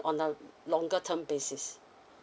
on a longer term basis